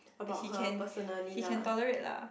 he can he can tolerate lah